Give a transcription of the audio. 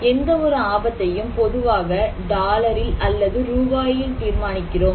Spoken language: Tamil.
எந்த ஒரு ஆபத்தையும் பொதுவாக டாலரில் அல்லது ரூபாயில் தீர்மானிக்கிறோம்